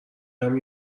همین